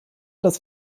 das